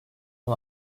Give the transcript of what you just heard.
ton